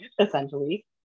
essentially